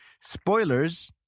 Spoilers